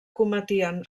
cometien